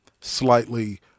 slightly